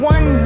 One